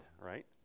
right